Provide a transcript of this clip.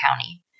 county